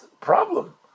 problem